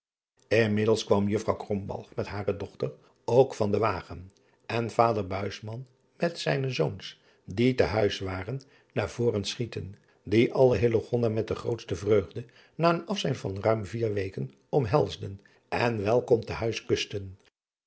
nmiddels kwam uffrouw met hare dochter ook van den wagen en va driaan oosjes zn et leven van illegonda uisman der met zijne zoons die te huis waren naar voren schieten die alle met de grootste vreugde na een afzijn van ruim vier weken omhelsden en welkom te huis kusten